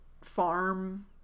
farm